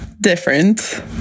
different